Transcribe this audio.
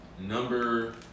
number